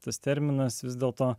tas terminas vis dėlto